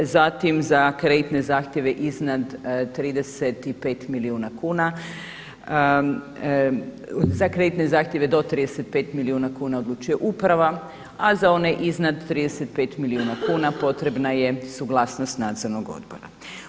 Zatim za kreditne zahtjeve iznad 35 milijuna kuna, za kreditne zahtjeve do 35 milijuna kuna odlučuje Uprava, a za one iznad 35 milijuna kuna potrebna je suglasnost Nadzornog odbora.